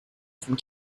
from